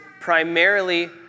primarily